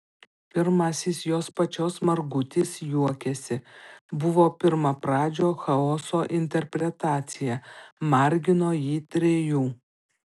pirmasis jos pačios margutis juokiasi buvo pirmapradžio chaoso interpretacija margino jį trejų